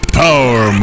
power